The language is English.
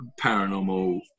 paranormal